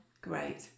great